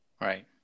Right